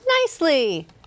nicely